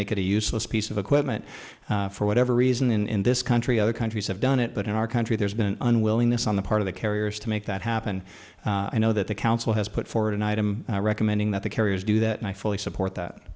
make it a useless piece of equipment for whatever reason in this country other countries have done it but in our country there's been an unwillingness on the part of the carriers to make that happen and now that the council has put forward an item recommending that the carriers do that and i fully support that